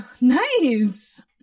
nice